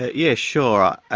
ah yes, sure. ah